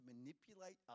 manipulate